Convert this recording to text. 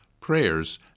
prayers